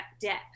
depth